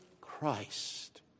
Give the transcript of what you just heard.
Christ